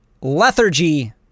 lethargy